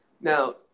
Now